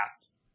past